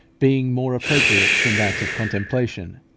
being more appropriate than that of contemplation,